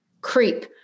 creep